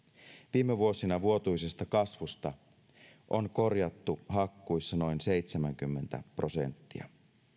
viime vuosina vuotuisesta kasvusta on korjattu hakkuissa noin seitsemänkymmentä prosenttia